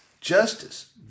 justice